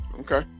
Okay